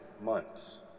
months